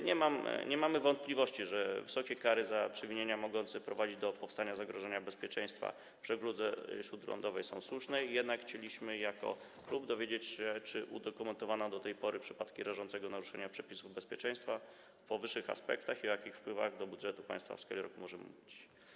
Nie mamy wątpliwości, że wysokie kary za przewinienia mogące prowadzić do powstania zagrożenia bezpieczeństwa w żegludze śródlądowej są słuszne, jednak chcielibyśmy jako klub dowiedzieć się, czy udokumentowano do tej pory przypadki rażącego naruszenia przepisów bezpieczeństwa w powyższych aspektach i o jakich wpływach do budżetu państwa w skali roku możemy mówić.